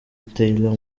taylor